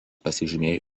pasižymėjo